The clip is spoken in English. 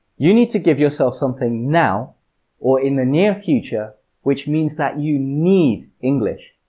you need to give yourself something now or in the near future which means that you need english.